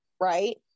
right